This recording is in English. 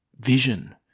vision